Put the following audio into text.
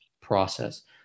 process